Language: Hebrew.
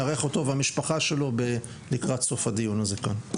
נארח היום אותו ואת המשפחה שלו לקראת סוף הדיון הזה כאן.